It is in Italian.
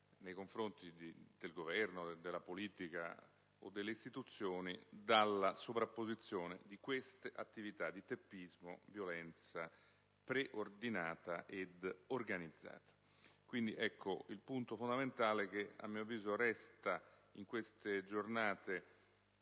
nei confronti del Governo, della politica o delle istituzioni dalla sovrapposizione di queste attività di teppismo e violenza, preordinate ed organizzate. Il punto fondamentale che a mio avviso in queste giornate